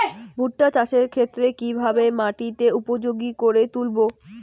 ভুট্টা চাষের ক্ষেত্রে কিভাবে মাটিকে উপযোগী করে তুলবো?